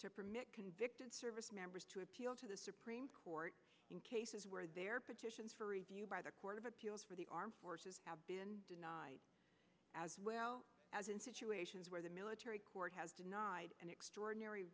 to permit convicted service members to appeal to the supreme court in cases where there petitions for review by the court of appeals for the armed forces have been denied as well as in situations where the military court has denied an extraordinary